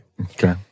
Okay